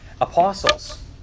apostles